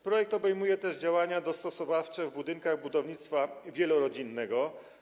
Projekt obejmuje też działania dostosowawcze w budynkach budownictwa wielorodzinnego.